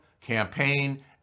campaign